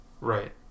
Right